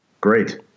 Great